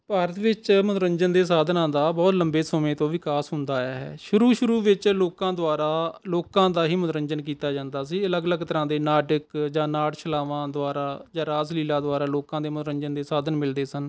ਭਾਰਤ ਵਿੱਚ ਮਨੋਰੰਜਨ ਦੇ ਸਾਧਨਾਂ ਦਾ ਬਹੁਤ ਲੰਬੇ ਸਮੇਂ ਤੋਂ ਵਿਕਾਸ ਹੁੰਦਾ ਆਇਆ ਹੈ ਸ਼ੁਰੂ ਸ਼ੁਰੂ ਵਿੱਚ ਲੋਕਾਂ ਦੁਆਰਾ ਲੋਕਾਂ ਦਾ ਹੀ ਮਨੋਰੰਜਨ ਕੀਤਾ ਜਾਂਦਾ ਸੀ ਅਲੱਗ ਅਲੱਗ ਤਰ੍ਹਾਂ ਦੇ ਨਾਟਕ ਜਾਂ ਨਾਟਸ਼ਾਲਾਵਾਂ ਦੁਆਰਾ ਜਾਂ ਰਾਸ ਲੀਲਾ ਦੁਆਰਾ ਲੋਕਾਂ ਦੇ ਮਨੋਰੰਜਨ ਦੇ ਸਾਧਨ ਮਿਲਦੇ ਸਨ